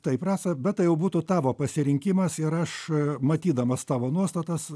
taip rasa bet tai jau būtų tavo pasirinkimas ir aš matydamas tavo nuostatas